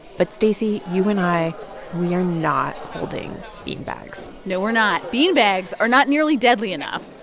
but, stacey, you and i we are not holding beanbags no, we're not. beanbags are not nearly deadly enough.